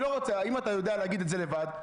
אם אתה יודע להגיד את זה לבד,